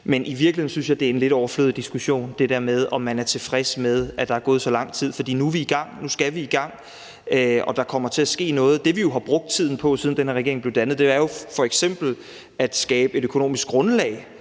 men i virkeligheden synes jeg, det er en lidt overflødig diskussion, altså det der med, om man er tilfreds med, at der er gået så lang tid, for nu er vi i gang, og nu skal vi i gang, og der kommer til at ske noget. Det, vi har brugt tiden på, siden den her regering blev dannet, er jo f.eks. at skabe et økonomisk grundlag